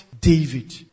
David